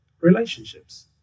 Relationships